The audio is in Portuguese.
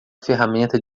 ferramenta